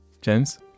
James